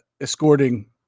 escorting